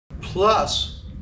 Plus